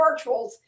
virtuals